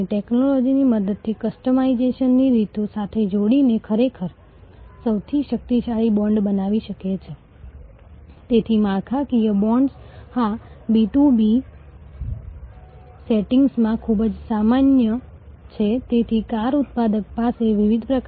તેથી પક્ષકારો વચ્ચે પરસ્પર માન્યતા અને જ્ઞાન ન હોવાથી લઈને વિસ્તૃત સંબંધો તરફ આગળ વધવા માટે સદભાગ્યે આજે આપણે આ કરવા માંગીએ છીએ ત્યાં ઘણા સારા તકનીકી સાધનો ઉપલબ્ધ છે